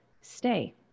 Stay